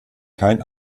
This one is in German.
kein